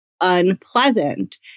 unpleasant